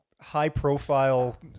high-profile